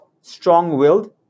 strong-willed